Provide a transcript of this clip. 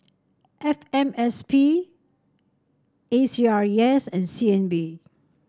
F M S P A C R E S and C N B